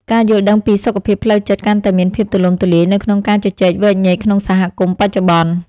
ការយល់ដឹងពីសុខភាពផ្លូវចិត្តកាន់តែមានភាពទូលំទូលាយនៅក្នុងការជជែកវែកញែកក្នុងសហគមន៍បច្ចុប្បន្ន។